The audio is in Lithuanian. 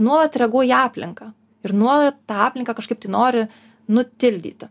nuolat reaguoji į aplinką ir nuolat tą aplinką nori nutildyti